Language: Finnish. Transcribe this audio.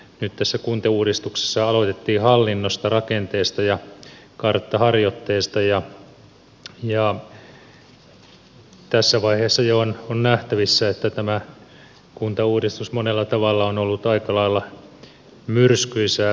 nyt tässä kuntauudistuksessa aloitettiin hallinnosta rakenteesta ja karttaharjoitteesta ja tässä vaiheessa jo on nähtävissä että tämä kuntauudistus monella tavalla on ollut aika lailla myrskyisää seurattavaa